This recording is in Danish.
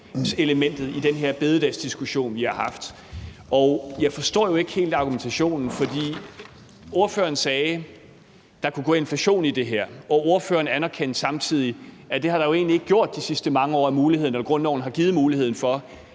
i den her bededagsdiskussion, som vi har haft, og jeg forstår ikke helt argumentationen. For ordføreren sagde, at der kunne gå inflation i det her, men ordføreren anerkendte samtidig, at det havde der egentlig ikke gjort de sidste mange år, når grundloven har givet muligheden for,